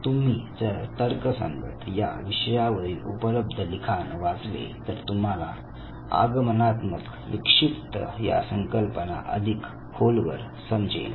तुम्ही जर तर्कसंगत या विषयावरील उपलब्ध लिखाण वाचले तर तुम्हाला आगमनात्मक विक्षिप्त या संकल्पना अधिक खोलवर समजेल